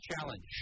challenge